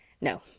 No